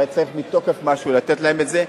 הרי צריך מתוקף משהו לתת להם את זה.